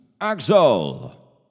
Axel